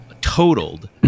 totaled